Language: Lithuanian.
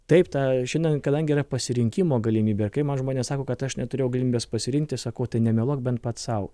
taip tą šiandien kadangi yra pasirinkimo galimybė kai man žmonės sako kad aš neturėjau galimybės pasirinkti sakau tai nemeluok bent pats sau